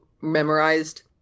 memorized